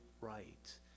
right